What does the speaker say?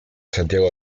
santiago